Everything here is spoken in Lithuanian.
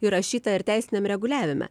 įrašyta ir teisiniam reguliavime